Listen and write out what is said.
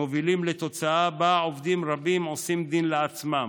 מובילים לתוצאה שבה עובדים רבים עושים דין לעצמם,